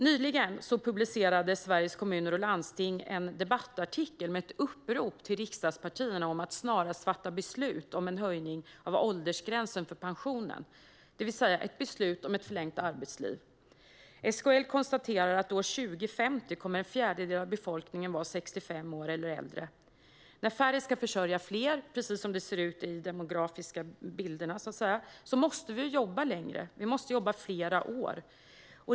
Nyligen publicerade Sveriges Kommuner och Landsting en debattartikel med ett upprop till riksdagspartierna att snarast fatta beslut om en höjning av åldersgränsen för pensionen, det vill säga ett beslut om ett förlängt arbetsliv. SKL konstaterar att år 2050 kommer en fjärdedel av befolkningen att vara 65 år eller äldre. När färre ska försörja fler, precis som det ser ut i de demografiska bilderna, måste vi jobba längre. Vi måste jobba fler år.